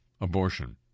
abortion